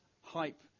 hype